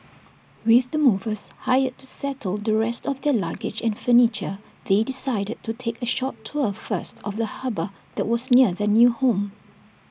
with the movers hired to settle the rest of their luggage and furniture they decided to take A short tour first of the harbour that was near their new home